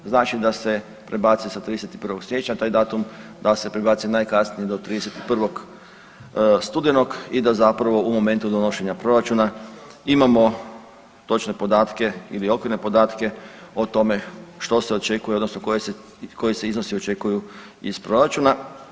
Znači da se prebaci sa 31. siječnja taj datum, da se prebaci najkasnije do 31. studenog i da zapravo u momentu donošenja proračuna imamo točne podatke ili okvirne podatke o tome što se očekuje odnosno koji se iznosi očekuju iz proračuna.